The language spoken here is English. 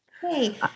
Hey